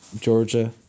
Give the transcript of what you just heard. Georgia